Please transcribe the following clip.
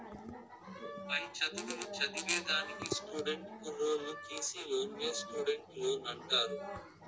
పై చదువులు చదివేదానికి స్టూడెంట్ కుర్రోల్లు తీసీ లోన్నే స్టూడెంట్ లోన్ అంటారు